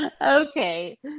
okay